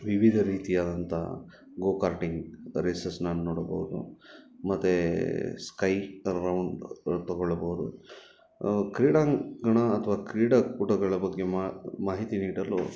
ವಿವಿದ ರೀತಿಯಾದಂಥ go karting ರೇಸಸ್ನ ನೋಡಬಹುದು ಮತ್ತು ಸ್ಕೈ ರೌಂಡ್ ತಗೊಳ್ಳಬಹುದು ಕ್ರೀಡಾಂಗಣ ಅಥ್ವಾ ಕ್ರೀಡಾಕೂಟಗಳ ಬಗ್ಗೆ ಮಾಹಿತಿ ನೀಡಲು